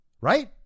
right